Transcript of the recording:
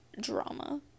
drama